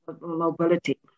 mobility